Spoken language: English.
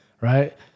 right